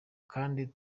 kandi